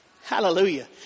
hallelujah